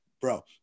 bro